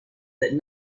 that